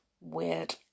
Weird